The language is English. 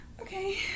okay